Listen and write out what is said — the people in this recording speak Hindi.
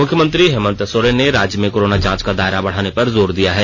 मुख्यमंत्री हेमंत सोरेन ने राज्य में कोरोना जांच का दायरा बढ़ाने पर जोर दिया है